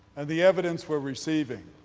and the evidence we're receiving,